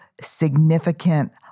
significant